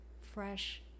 fresh